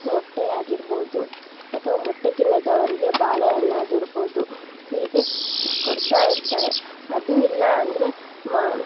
ಮೊಟ್ಟೆ ಆಗಿರ್ಬೋದು ಅಥವಾ ಮೊಟ್ಟೆ ತಿನ್ನದವರಿಗೆ ಬಾಳೆಹಣ್ಣು ಆಗಿರ್ಬೋದು ಹೀಗೆ ಕೊಡ್ತಾ ಇರ್ತಾರೆ ಅದೂ ಇಲ್ಲ ಅಂದರೆ ಮ